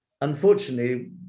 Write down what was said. unfortunately